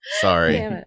Sorry